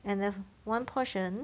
and then one portion